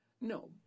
No